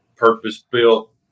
purpose-built